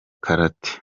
karate